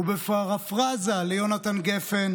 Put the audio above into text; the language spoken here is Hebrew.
ובפרפרזה על יונתן גפן,